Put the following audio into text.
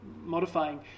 modifying